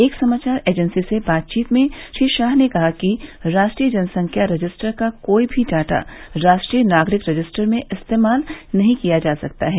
एक समाचार एजेंसी से बातचीत में श्री शाह ने कहा कि राष्ट्रीय जनसंख्या रजिस्टर का कोई भी डाटा राष्ट्रीय नागरिक रजिस्टर में इस्तेमाल नहीं किया जा सकता है